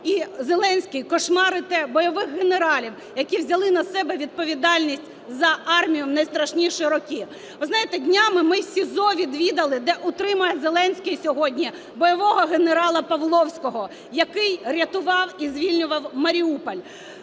і Зеленський "кошмарите" бойових генералів, які взяли на себе відповідальність за армію в найстрашніші роки. Ви знаєте, днями ми СІЗО відвідали, де утримує Зеленський сьогодні бойового генерала Павловського, який рятував і звільнював Маріуполь.